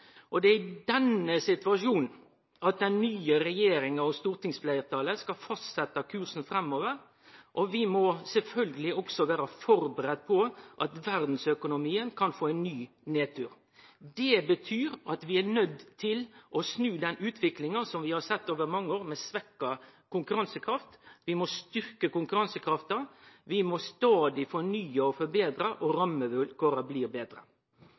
unge. Det er i denne situasjonen at den nye regjeringa og stortingsfleirtalet skal fastsetje kursen framover. Vi må sjølvsagt også vere førebudde på at verdsøkonomien kan få ein ny nedtur. Det betyr at vi er nøydde til å snu den utviklinga vi har sett over mange år, med svekt konkurransekraft. Vi må styrkje konkurransekrafta, vi må stadig fornye og forbetre, og rammevilkåra må bli betre.